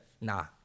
Nah